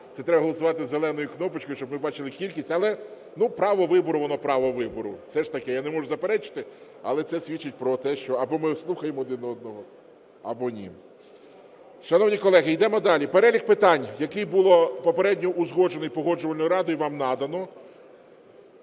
це треба голосувати зеленою кнопочкою, щоб ми бачили кількість. Але право вибору воно право вибору, це ж таке, я не можу заперечити, але це свідчить про те, що або ми слухаємо один одного, або ні. Шановні колеги, йдемо далі. Перелік питань, який було попередньо узгоджений Погоджувальною радою, вам надано,